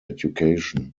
education